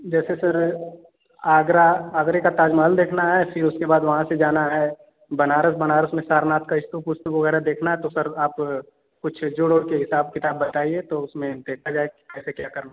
जैसे सर आगरा आगरे का ताजमहल देखना है फिर उसके बाद वहाँ से जाना है बनारस बनारस में सारनाथ का स्तूप उस्तूप वगैरह देखना है तो सर आप कुछ जोड़ ओड़ के हिसाब किताब बताइए तो उसमें देखा जाए कि कैसे क्या करना है